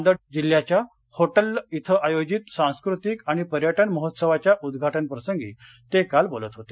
नांदेड जिल्हयाच्या होटल्ल क्रे आयोजित सांस्कृतिक आणि पर्यटन महोत्सवाच्या उद्घाटनप्रसंगी ते काल बोलत होते